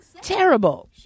terrible